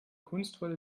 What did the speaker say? kunstvolle